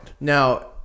Now